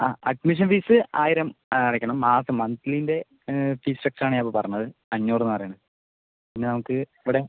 ആ admission fees ആയിരം അടയ്ക്കണം മാസം മന്ത്ലീൻ്റെ ഫീ സ്ട്രക്ച്ചറാണ് ഞാൻ ഇപ്പോൾ പറഞ്ഞത് അഞ്ഞൂറെന്ന് പറയണത് പിന്നെ നമുക്ക് ഇവിടെ